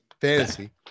fantasy